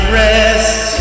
rest